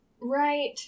Right